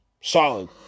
Solid